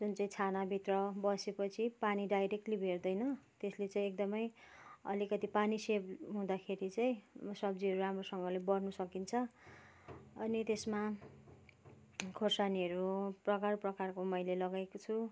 जुन चाहिँ छानाभित्र बसेपछि पानी डाइरेक्टले भेट्दैन त्यसले चाहिँ एकदमै अलिकति पानी सेभ हुँदाखेरि चाहिँ सब्जीहरू राम्रोसँगले बढ्नु सकिन्छ अनि त्यसमा खोर्सानीहरू प्रकार प्रकारको मैले लगाएको छु